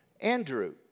Andrew